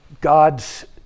God's